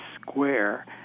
square